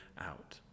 out